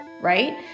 Right